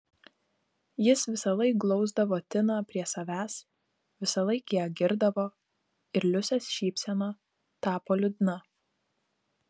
jis visąlaik glausdavo tiną prie savęs visąlaik ją girdavo ir liusės šypsena tapo liūdna